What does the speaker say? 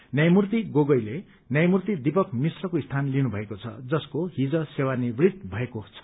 न्यायमूर्ति गोगोईले न्यायमूर्ति दीपक मिश्रको स्थान लिनु भएको छ जसको हिज सेवा निवृत्त भएको छ